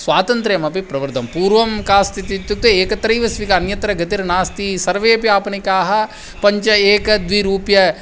स्वातन्त्र्यमपि प्रवृद्धं पूर्वं का स्थितिः इत्युक्ते एकत्रैव स्वीकारः अन्यत्र गतिर्नास्ति सर्वेपि आपणिकाः पञ्च एकं द्वे रूप्यकाणि